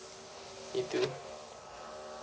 you too